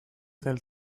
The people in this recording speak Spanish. del